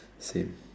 same